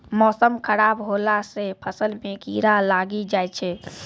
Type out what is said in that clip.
मौसम खराब हौला से फ़सल मे कीड़ा लागी जाय छै?